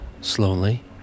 slowly